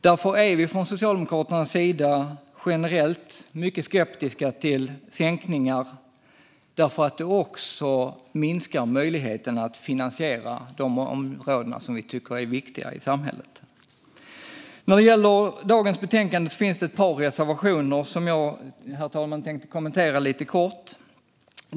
Därför är vi socialdemokrater generellt mycket skeptiska till sänkningar eftersom de också minskar möjligheten att finansiera de viktiga områdena i samhället. Herr talman! I dagens betänkande finns ett par reservationer som jag tänkte kommentera lite kort.